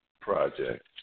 Project